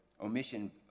omission